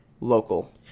local